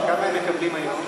כמה הם מקבלים היום?